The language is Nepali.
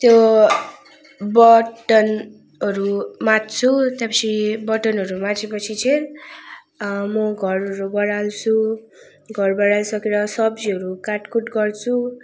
त्यो बर्तनहरू माझ्छु त्यहाँ पछि बर्तनहरू माझे पछि चाहिँ म घर बढार्छु घर बढारी सकेर सब्जीहरू काटकुट गर्छु